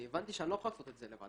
אני הבנתי שאני לא יכול לעשות את זה לבד,